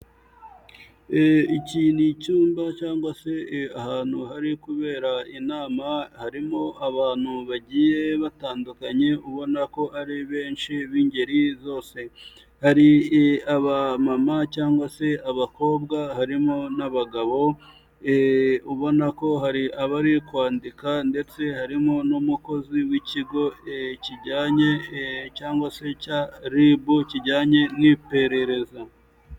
Iki ni icyumba cyangwa se ahantu hari kubera inama harimo abantu bagiye batandukanye ubona ko ari benshi b'ingeri zose. Hari abamama cyangwa se abakobwa harimo n'abagabo ubona ko hari abari kwandika ndetse harimo n'umukozi w'ikigo kijyanye cyangwa se icya RIB kijyanye n'iperereza.